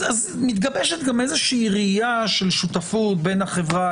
אז מתגבשת גם איזושהי של שותפות בין החברה,